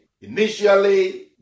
initially